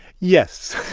yes